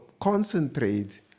concentrate